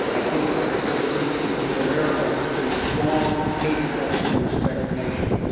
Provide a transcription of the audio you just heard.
i think you'll see that america is a strong, capable, and respected nation.